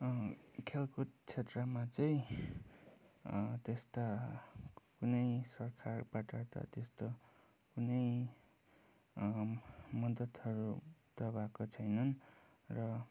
खेलकुद क्षेत्रमा चाहिँ त्यस्ता कुनै सरकारबाट त त्यस्तो कुनै मदद्हरू लगाएको छैनन् र